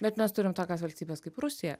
bet mes turim tokias valstybes kaip rusija